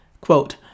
quote